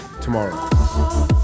tomorrow